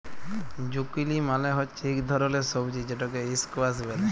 zucchini মালে হচ্যে ইক ধরলের সবজি যেটকে ইসকোয়াস ব্যলে